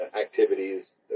activities